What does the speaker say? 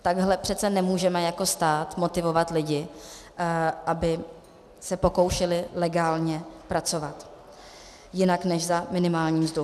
Takhle přece nemůžeme jako stát motivovat lidi, aby se pokoušeli legálně pracovat jinak než za minimální mzdu!